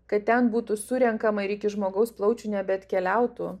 kad ten būtų surenkama ir iki žmogaus plaučių nebeatkeliautų